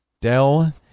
Dell